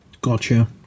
Gotcha